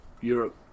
Europe